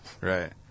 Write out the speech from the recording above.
Right